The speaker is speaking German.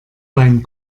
beim